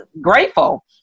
grateful